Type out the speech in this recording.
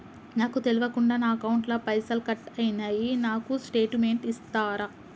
నాకు తెల్వకుండా నా అకౌంట్ ల పైసల్ కట్ అయినై నాకు స్టేటుమెంట్ ఇస్తరా?